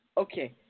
Okay